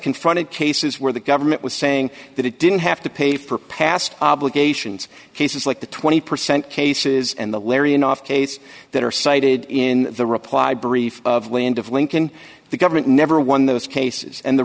confronted cases where the government was saying that it didn't have to pay for past obligations cases like the twenty percent cases and the larionov case that are cited in the reply brief of land of lincoln the government never won those cases and the